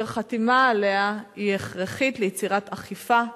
שחתימה עליה היא הכרחית ליצירת אכיפה אפקטיבית.